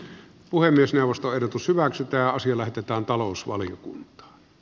puhemiesneuvosto ehdotus hyväksyttäisiin lähetetään talousvaliokuntaa